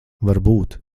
varbūt